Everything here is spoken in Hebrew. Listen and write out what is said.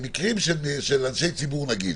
במקרים של אנשי ציבור, נגיד,